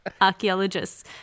Archaeologists